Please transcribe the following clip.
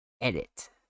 edit